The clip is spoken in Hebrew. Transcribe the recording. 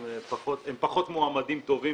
הם פחות מועמדים טובים,